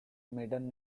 maiden